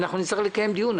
ואנחנו נצטרך לקיים דיון.